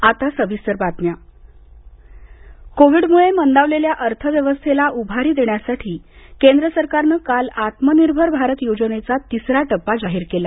निर्मला सीतारामन कोविडमुळे मंदावलेल्या अर्थव्यवस्थेला उभारी देण्यासाठी केंद्र सरकारनं काल आत्मनिर्भर भारत योजनेचा तिसरा टप्पा जाहीर केला